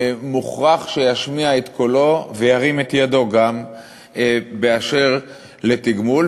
מוכרח להשמיע את קולו ולהרים את ידו גם באשר לתגמול.